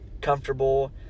comfortable